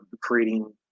creating